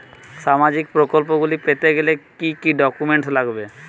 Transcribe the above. সামাজিক প্রকল্পগুলি পেতে গেলে কি কি ডকুমেন্টস লাগবে?